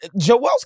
Joel's